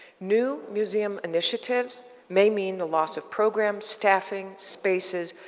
new museum initiatives may mean the loss of programs, staffing, spaces,